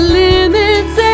limits